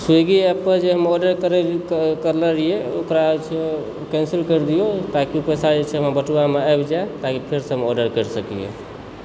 Swiggy एप्पपर जे हम ऑर्डर करले रहियेै ओकरासे कैन्सिल कर दिऔ ताकि पैसा जे छै से हमर बटुआमे आबि जाय ताकि हम फेरसँ आर्डर करि सकियै